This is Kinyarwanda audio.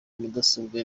mudasobwa